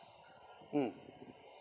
mm